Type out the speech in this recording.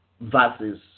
versus